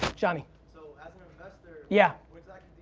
johnny. so as an investor, yeah what like